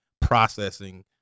processing